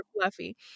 fluffy